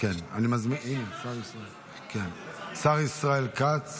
השר ישראל כץ